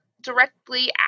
directly